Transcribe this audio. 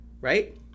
right